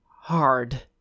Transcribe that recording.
hard